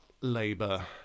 Labour